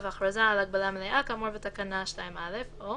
הכרזה על הגבלה מלאה כאמור בתקנה 2א או".